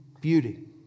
beauty